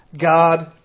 God